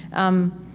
um,